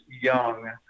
young